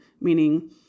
meaning